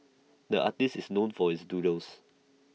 the artist is known for his doodles